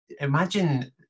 imagine